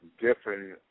different